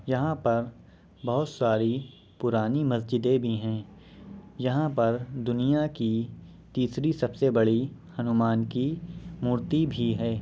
یہاں پر بہت ساری پرانی مسجدیں بھی ہیں یہاں پر دنیا کی تیسری سب سے بڑی ہنومان کی مورتی بھی ہے